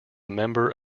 member